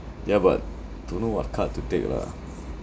ya but don't know what card to take lah